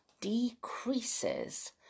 decreases